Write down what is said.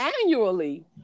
annually